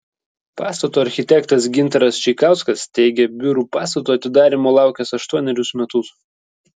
pastato architektas gintaras čeikauskas teigė biurų pastato atidarymo laukęs aštuonerius metus